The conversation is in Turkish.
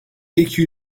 iki